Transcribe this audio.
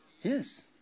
Yes